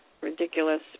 ridiculous